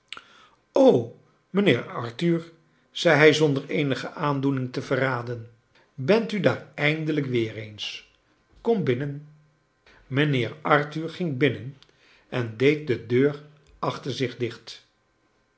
mijnhcer arthur zei hij j sonde r eenigo aundoening te verra i den bent u daar eindelijk weer eens kom binnen mijnheer arthur ging binnen en deed de deur achter zich dicht